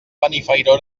benifairó